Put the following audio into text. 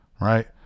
right